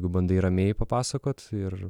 jeigu bandai ramiai papasakot ir